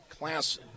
class